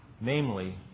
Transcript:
namely